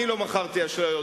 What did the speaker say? אני לא מכרתי אשליות.